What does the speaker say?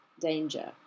danger